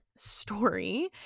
story